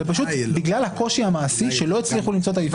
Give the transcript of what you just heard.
ופשוט בגלל הקושי המעשי לא הצליחו למצוא את האפיון הזה.